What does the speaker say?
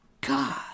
god